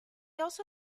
also